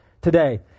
today